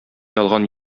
ялган